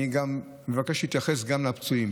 אבל אני מבקש להתייחס גם לפצועים.